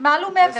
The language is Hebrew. מעל ומעבר.